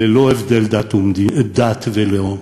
ללא הבדל דת ולאום,